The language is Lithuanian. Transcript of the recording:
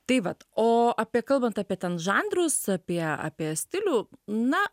tai vat o apie kalbant apie ten žanrus apie apie stilių na